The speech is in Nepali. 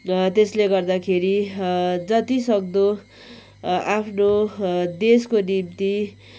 त्यसले गर्दाखेरि जतिसक्दो आफ्नो देशको निम्ति